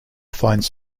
finds